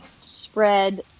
spread